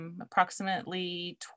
approximately